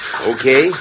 Okay